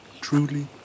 Truly